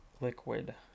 Liquid